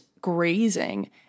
grazing